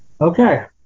Okay